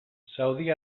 saudi